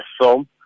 film